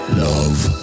love